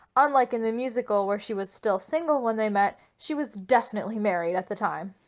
unlike in the musical where she was still single when they met, she was definitely married at the time.